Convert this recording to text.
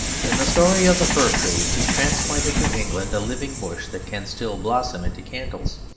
in the story of the fir tree he transplanted to england a living bush that can still blossom into candles.